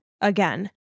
Again